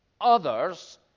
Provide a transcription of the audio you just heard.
Others